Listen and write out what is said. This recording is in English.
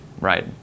right